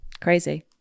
Crazy